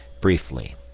briefly